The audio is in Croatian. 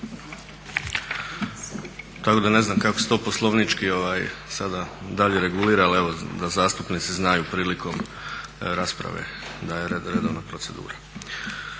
Tako da ne znam kako se to sada poslovnički dalje regulira, ali da zastupnici znaju prilikom rasprave da je redovna procedura.